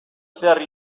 zehar